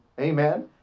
Amen